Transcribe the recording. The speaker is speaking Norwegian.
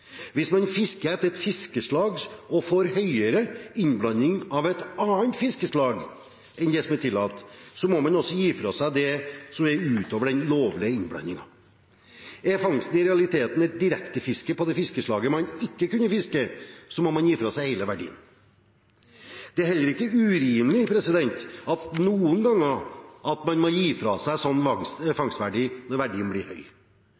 Hvis man fisker etter ett fiskeslag og får høyere innblanding av et annet fiskeslag enn det som er tillatt, må man gi fra seg det som går ut over den lovlige innblandingen. Er fangsten i realiteten et direktefiske på det fiskeslaget man ikke kunne fiske, må man gi fra seg hele verdien. Det er heller ikke urimelig at man noen ganger må gi fra seg slik fangstverdi når verdien blir høy.